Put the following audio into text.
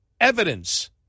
evidence